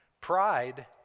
pride